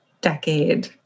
decade